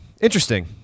interesting